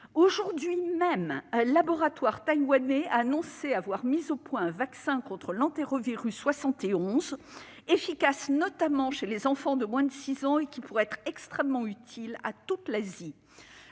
Aujourd'hui même, un laboratoire taïwanais a annoncé avoir mis au point un vaccin contre l'entérovirus 71, efficace notamment chez les enfants de moins de six ans et qui pourrait être extrêmement utile à toute l'Asie.